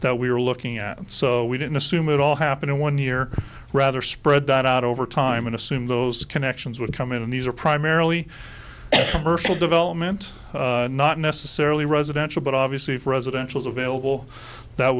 that we were looking at so we didn't assume it all happened in one year rather spread out over time and assume those connections would come in and these are primarily personal development not necessarily residential but obviously if residential is available that